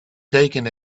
taken